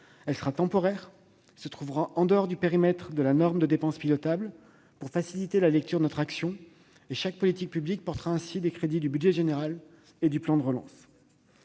qui sera temporaire et se trouvera en dehors du périmètre de la norme de dépenses pilotables, pour faciliter la lecture de notre action. Chaque politique publique portera ainsi les crédits du budget général et du plan de relance.